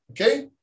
okay